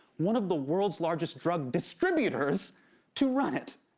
one of the world's largest drug distributors to run it.